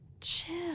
chill